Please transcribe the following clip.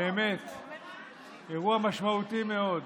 זה באמת אירוע משמעותי מאוד,